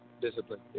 discipline